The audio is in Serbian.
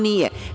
Nije.